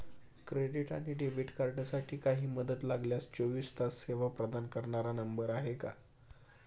Credit आणि debit कार्डसाठी काही मदत लागल्यास चोवीस तास सेवा प्रदान करणारा नंबर आहे का?